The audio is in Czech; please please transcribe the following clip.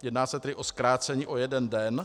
Jedná se tedy o zkrácení o jeden den.